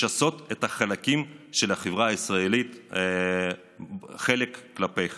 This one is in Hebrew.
לשסות את החלקים של החברה הישראלית חלק כלפי חלק.